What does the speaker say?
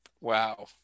Wow